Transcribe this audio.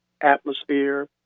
atmosphere